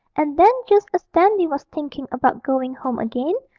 and then just as dandy was thinking about going home again,